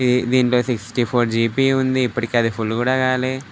ఈ దీంట్లో sixty four GB ఉంది ఇప్పటికి అది ఫుల్ కూడా కాలే